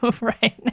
right